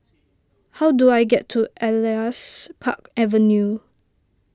how do I get to Elias Park Avenue